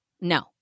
No